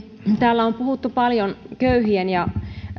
täällä on puhuttu paljon köyhien